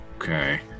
Okay